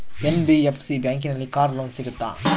NBFC ಬ್ಯಾಂಕಿನಲ್ಲಿ car loan ಸಿಗುತ್ತಾ?